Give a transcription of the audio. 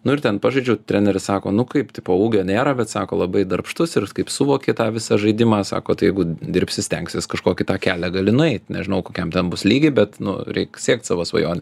nu ir ten pažaidžiau treneris sako nu kaip tipo ūgio nėra bet sako labai darbštus ir kaip suvoki tą visą žaidimą sako tai jeigu dirbsi stengsies kažkokį tą kelią gali nueit nežinau kokiam ten bus lygy bet nu reik siekt savo svajonių